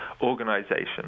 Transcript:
organization